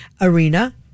arena